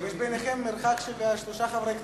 יש ביניכם מרחק של שלושה חברי כנסת,